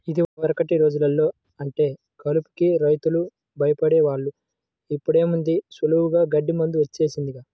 యిదివరకటి రోజుల్లో అంటే కలుపుకి రైతులు భయపడే వాళ్ళు, ఇప్పుడేముంది సులభంగా గడ్డి మందు వచ్చేసిందిగా